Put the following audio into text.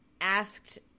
asked